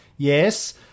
Yes